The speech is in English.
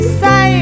say